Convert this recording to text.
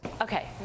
Okay